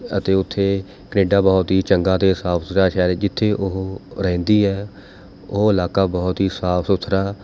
ਅਤੇ ਉੱਥੇ ਕਨੇਡਾ ਬਹੁਤ ਹੀ ਚੰਗਾ ਅਤੇ ਸਾਫ਼ ਸੁਥਰਾ ਸ਼ਹਿਰ ਹੈ ਜਿੱਥੇ ਉਹ ਰਹਿੰਦੀ ਹੈ ਉਹ ਇਲਾਕਾ ਬਹੁਤ ਹੀ ਸਾਫ਼ ਸੁਥਰਾ